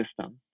system